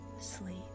sleep